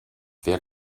wer